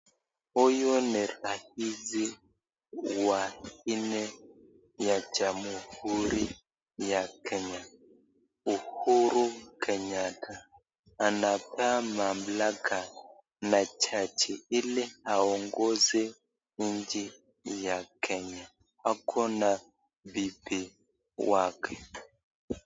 Huyu ni rais wa nne ya jamuhuri ya Kenya Uhuru Kenyatta. Anapewa mamlaka na jaji ili aongoze nchi ya Kenya. Ako na bibi wake.